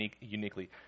uniquely